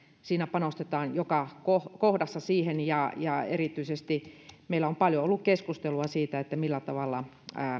siinä panostetaan joka kohdassa siihen ja ja erityisesti meillä on paljon ollut keskustelua siitä millä tavalla